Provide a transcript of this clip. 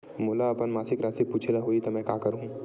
मोला अपन मासिक राशि पूछे ल होही त मैं का करहु?